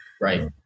Right